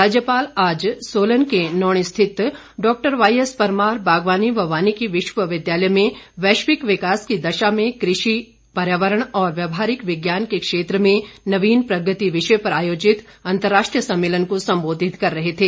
राज्यपाल आज सोलन के नौणी स्थित डॉ वाएएस परमार बागवानी व वानिकी विश्वविद्यालय में वैश्विक विकास की दशा में कृषि पर्यावरण और व्यवहारिक विज्ञान के क्षेत्र में नवीन प्रगति विषय पर आयोजित अंतर्राष्ट्रीय सम्मेलन को संबोधित कर रहे थे